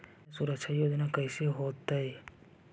कन्या सुरक्षा योजना कैसे होतै?